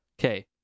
Okay